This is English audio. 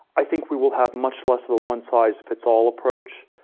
i think we will have much less of a one size fits all approach.